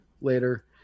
later